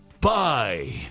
Bye